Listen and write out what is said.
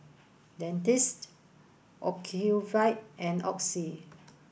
Dentiste Ocuvite and Oxy